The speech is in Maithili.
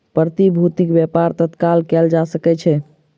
प्रतिभूतिक व्यापार तत्काल कएल जा सकै छै